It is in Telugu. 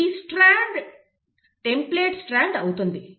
ఈ స్ట్రాండ్ టెంప్లేట్ స్ట్రాండ్ అవుతుంది